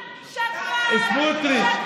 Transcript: שקרן, שקרן,